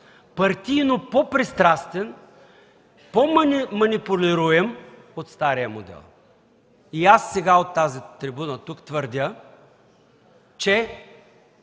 партийно по-пристрастен, по-манипулируем от стария модел. Сега от тази трибуна тук твърдя, че